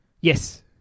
Yes